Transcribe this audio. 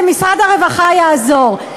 שמשרד הרווחה יעזור.